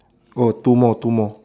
oh two more two more